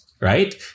Right